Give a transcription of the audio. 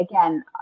again